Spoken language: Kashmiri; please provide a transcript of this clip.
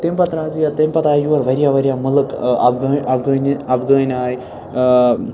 تمہِ پَتہٕ آو یا تمہِ پَتہٕ آے یور واریاہ واریاہ مٕلک اَفغٲ اَفغٲنہِ اَفغٲنۍ آے